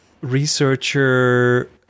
researcher